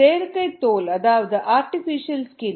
செயற்கை தோல் அதாவது ஆர்டிபிசியல் ஸ்கின்